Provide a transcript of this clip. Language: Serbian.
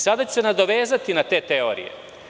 Sada ću se nadovezati na te teorije.